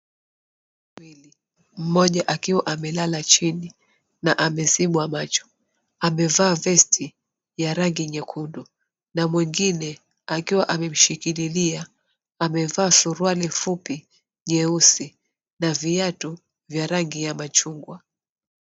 Mmoja akiwa amelala chini na amezibwa macho, amevaa vest ya rangi nyekundu na mwingine akiwa amemshikililia amevaa suruali fupi nyeusi na viatu vya rangi ya machungwa.